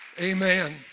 amen